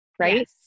right